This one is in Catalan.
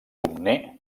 comnè